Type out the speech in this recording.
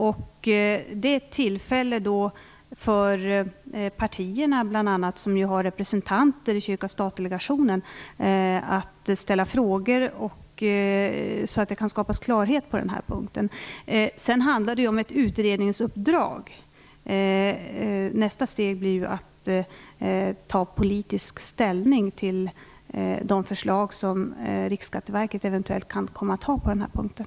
Det är ett tillfälle för bl.a. partierna, som ju har representanter i Kyrka-stat-delegationen, att ställa frågor så att det kan skapas klarhet på den här punkten. Detta handlar om ett utredningsuppdrag. Nästa steg blir att ta politisk ställning till de förslag som Riksskatteverket eventuellt kommer att lägga fram i frågan.